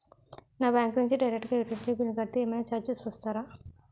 నా బ్యాంక్ నుంచి డైరెక్ట్ గా యుటిలిటీ బిల్ కడితే ఏమైనా చార్జెస్ వేస్తారా?